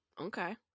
okay